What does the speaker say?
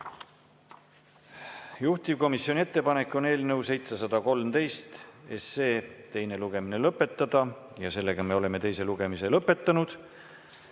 Juhtivkomisjoni ettepanek on eelnõu 713 teine lugemine lõpetada. Me oleme teise lugemise lõpetanud